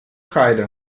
kreide